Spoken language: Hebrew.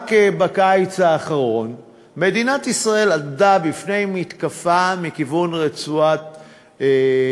רק בקיץ האחרון מדינת ישראל עמדה בפני מתקפה מכיוון רצועת-עזה,